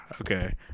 Okay